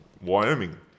wyoming